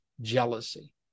jealousy